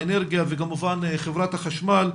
האנרגיה וכמובן חברת החשמל,